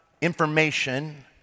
information